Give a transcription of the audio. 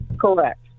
Correct